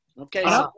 Okay